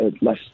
less